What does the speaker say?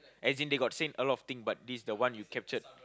as in they got say a lot of thing but this the one you captured